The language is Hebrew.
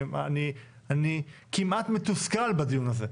אני כמעט מתוסכל בדיון הזה.